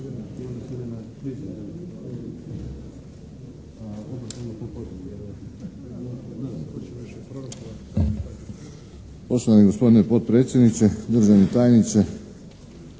Poštovani gospodine potpredsjedniče, državni tajniče,